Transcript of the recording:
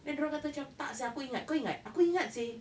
then dia orang kata macam tak seh kau ingat aku ingat seh